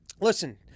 listen